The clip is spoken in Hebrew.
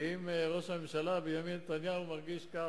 ואם ראש הממשלה בנימין נתניהו אמר כך,